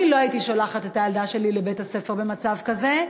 אני לא הייתי שולחת את הילדה שלי לבית-הספר במצב כזה,